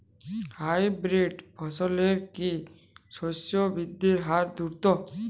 Hybrid ফসলের কি শস্য বৃদ্ধির হার দ্রুত?